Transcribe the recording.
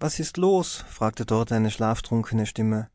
was ist los fragte dort eine schlaftrunkene stimme